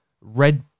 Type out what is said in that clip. Red